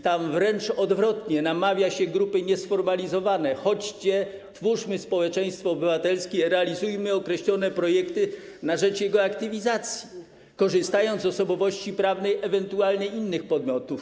Tam wręcz odwrotnie, namawia się grupy niesformalizowane: chodźcie, twórzmy społeczeństwo obywatelskie, realizujmy określone projekty na rzecz jego aktywizacji, korzystając z osobowości prawnej innych podmiotów.